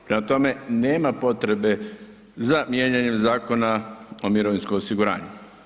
Prema tome, nema potrebe za mijenjanjem Zakona o mirovinskom osiguranju.